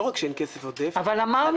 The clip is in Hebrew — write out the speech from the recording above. לא רק שאין כסף עודף --- אבל אמרנו.